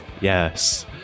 yes